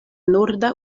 norda